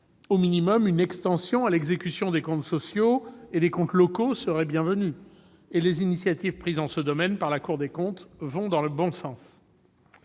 Au minimum, une extension à l'exécution des comptes sociaux et des comptes locaux serait bienvenue, et les initiatives prises en ce domaine par la Cour des comptes vont dans le bon sens.